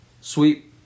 Sweet